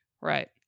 Right